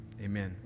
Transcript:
amen